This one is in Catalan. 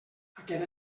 aquest